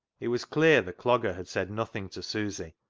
it was clear the clogger had said nothing to susy,